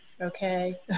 okay